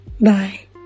Bye